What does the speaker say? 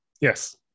Yes